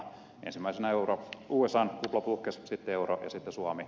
ensimmäisenä puhkesi usan kupla sitten euro ja sitten suomi